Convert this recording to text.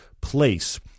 place